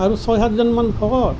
আৰু ছয় সাতজন মান ভকত